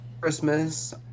Christmas